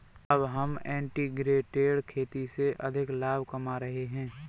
अब वह इंटीग्रेटेड खेती से अधिक लाभ कमा रहे हैं